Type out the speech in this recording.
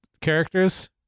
characters